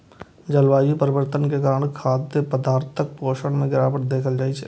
जलवायु परिवर्तन के कारण खाद्य पदार्थक पोषण मे गिरावट देखल जा रहल छै